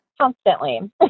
Constantly